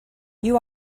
you